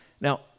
Now